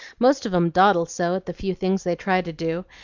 most of em dawdle so at the few things they try to do.